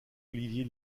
olivier